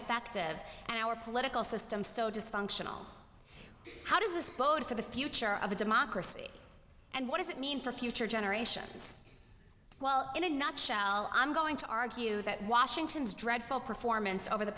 effective and our political system so dysfunctional how does this bode for the future of a democracy and what does it mean for future generations well in a nutshell i'm going to argue that washington's dreadful performance over the